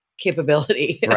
capability